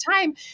time